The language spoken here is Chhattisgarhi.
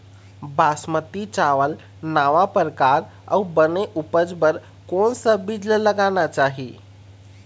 बासमती चावल नावा परकार अऊ बने उपज बर कोन सा बीज ला लगाना चाही?